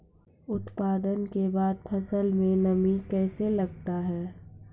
उत्पादन के बाद फसल मे नमी कैसे लगता हैं?